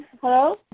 Hello